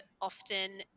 often